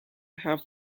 have